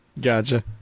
Gotcha